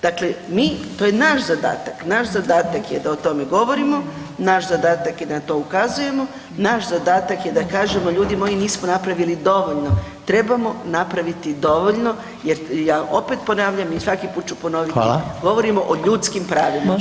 Dakle mi, to je naš zadatak, naš zadak je da o tome govorimo, naš zadatak je na to ukazujemo, naš zadatak je da kažemo, ljudi moji, nismo napravili dovoljno, trebamo napraviti dovoljno jer ja opet ponavljam i svaki put ću ponoviti [[Upadica: Hvala.]] govorimo o ljudskim pravima.